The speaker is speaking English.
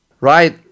right